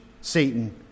satan